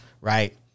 right